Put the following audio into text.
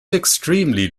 extremely